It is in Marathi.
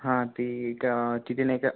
हा ती त्या तिथे नाही का